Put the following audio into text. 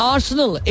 Arsenal